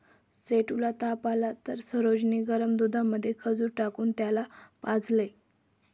सेठू ला ताप आला तर सरोज ने गरम दुधामध्ये खजूर टाकून त्याला पाजलं